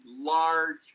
large